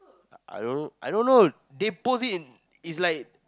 I don't know I don't know they post it it's like